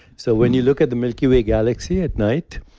so when you look at the milky way galaxy at night